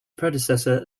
predecessor